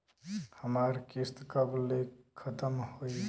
हमार किस्त कब ले खतम होई?